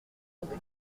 recul